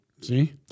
See